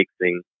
mixing